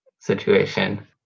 situation